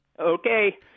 Okay